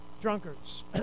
drunkards